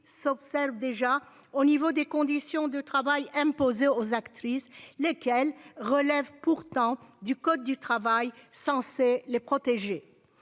s'observe déjà au niveau des conditions de travail imposé aux actrices, lequel relève pourtant du code du travail, censé les protéger